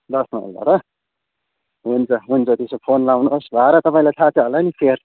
दस माइलबाट हुन्छ हुन्छ त्यसो फोन लगाउनुहोस् भाडा तपाईँलाई थाहा छ होला नि फेयर